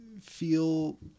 feel